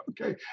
Okay